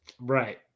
Right